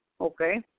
okay